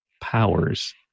Powers